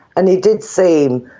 and he did seem,